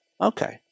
Okay